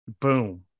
Boom